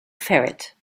ferret